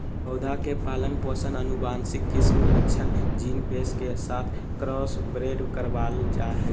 पौधा के पालन पोषण आनुवंशिक किस्म लक्षण जीन पेश के साथ क्रॉसब्रेड करबाल जा हइ